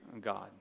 God